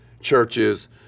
churches